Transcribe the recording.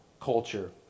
culture